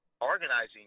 organizing